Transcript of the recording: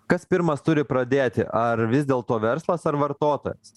kas pirmas turi pradėti ar vis dėlto verslas ar vartotojas